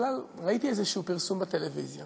בכלל ראיתי איזשהו פרסום בטלוויזיה